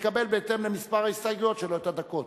יקבל בהתאם למספר ההסתייגויות שלו את הדקות.